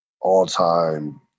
all-time